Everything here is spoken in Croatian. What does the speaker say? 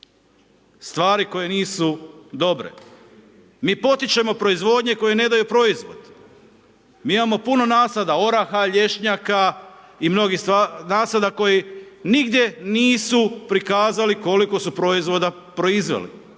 stvari koje nisu dobre. Mi potičemo proizvodnje koje ne daju proizvod. Mi imamo puno nasada oraha, lješnjaka i mnogih nasada koji nigdje nisu prikazali koliko su proizvoda proizveli,